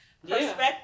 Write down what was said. perspective